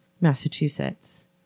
Massachusetts